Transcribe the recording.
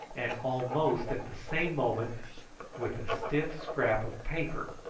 and almost at the same moment with a stiff scrap of paper.